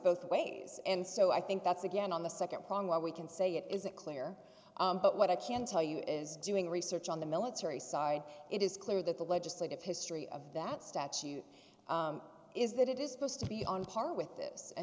both ways and so i think that's again on the second prong what we can say it isn't clear but what i can tell you is doing research on the military side it is clear that the legislative history of that statute is that it is supposed to be on par with